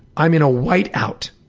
i'm in a white-out.